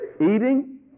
Eating